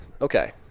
Okay